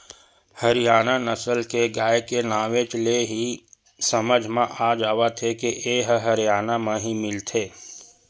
हरियाना नसल के गाय के नांवे ले ही समझ म आ जावत हे के ए ह हरयाना म ही मिलथे